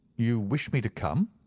you wish me to come?